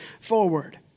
forward